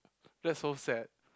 that's so sad